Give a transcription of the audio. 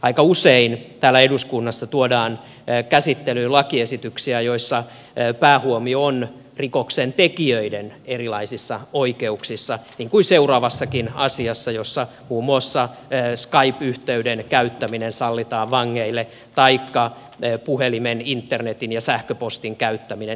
aika usein täällä eduskunnassa tuodaan käsittelyyn lakiesityksiä joissa päähuomio on rikoksentekijöiden erilaisissa oikeuksissa niin kuin seuraavassakin asiassa jossa muun muassa skype yhteyden taikka puhelimen internetin ja sähköpostin käyttäminen sallitaan vangeille